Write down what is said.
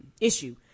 issue